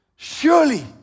Surely